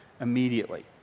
immediately